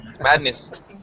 madness